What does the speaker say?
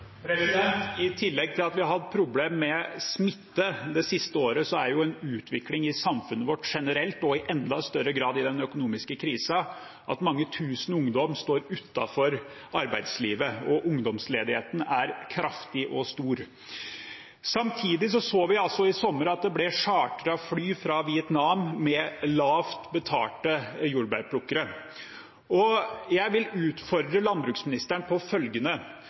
I tillegg til at vi har hatt problemer med smitte det siste året, er det en utvikling i samfunnet vårt generelt – i enda større grad i den økonomiske krisen – at mange tusen ungdommer står utenfor arbeidslivet. Ungdomsledigheten er kraftig og stor. Samtidig så vi i sommer at det ble chartret fly fra Vietnam med lavt betalte jordbærplukkere. Jeg vil utfordre landbruksministeren på følgende: